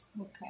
Okay